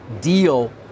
deal